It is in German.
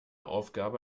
aufgabe